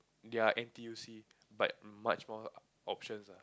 their n_t_u_c but much more options lah